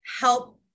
help